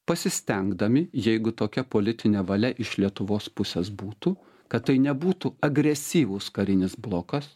pasistengdami jeigu tokia politine valia iš lietuvos pusės būtų kad tai nebūtų agresyvus karinis blokas